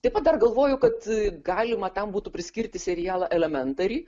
taip pat dar galvoju kad galima tam būtų priskirti serialą elementari